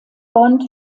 bond